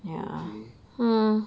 okay